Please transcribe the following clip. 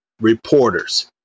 reporters